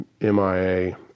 MIA